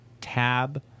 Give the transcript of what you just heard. tab